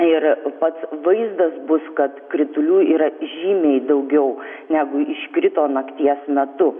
ir pats vaizdas bus kad kritulių yra žymiai daugiau negu iškrito nakties metu